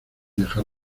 dejar